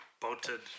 boated